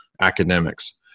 academics